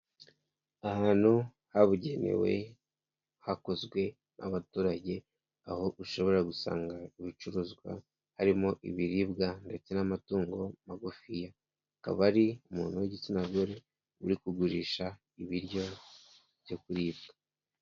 Ahantu habugenewe hakozwe n'abaturage, aho ushobora gusanga ibicuruzwa harimo ibiribwa ndetse n'amatungo magufi hakaba hari umuntu w'igitsina gore uri kugurisha ibiryo byo kuribwa.